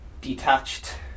detached